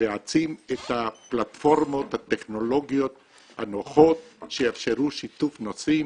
ולהעצים את הפלטפורמות הטכנולוגיות הנוחות שיאפשרו שיתוף נוסעים,